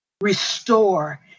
restore